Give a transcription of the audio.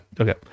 Okay